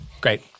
Great